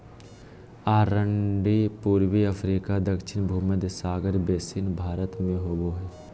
अरंडी पूर्वी अफ्रीका दक्षिण भुमध्य सागर बेसिन भारत में होबो हइ